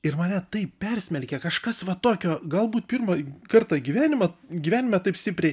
ir mane taip persmelkia kažkas va tokio galbūt pirmąjį kartą gyvenimą gyvenime taip stipriai